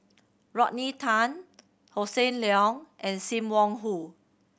Rodney Tan Hossan Leong and Sim Wong Hoo